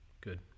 Good